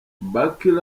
barks